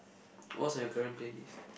what's on your current playlist